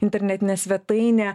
internetinę svetainę